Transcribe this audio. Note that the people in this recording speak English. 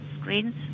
screens